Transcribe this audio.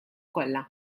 kollha